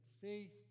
faith